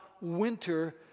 winter